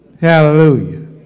Hallelujah